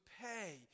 pay